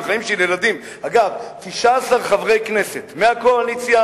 אגב, 19 חברי כנסת מהקואליציה